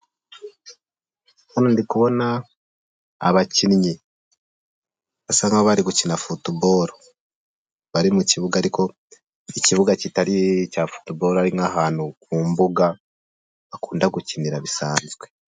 Ubu ndi kubona abakinnyi basa nkaho bari gukina football. Bari mu kibuga ariko ikibuga kitari cya football nk'ahantu ku mbuga bakunda gukinira bisanzwe.